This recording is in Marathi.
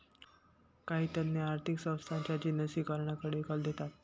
काही तज्ञ आर्थिक संस्थांच्या जिनसीकरणाकडे कल देतात